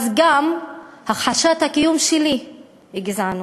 אז גם הכחשת הקיום שלי היא גזענות.